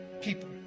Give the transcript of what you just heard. people